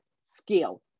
skill